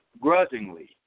grudgingly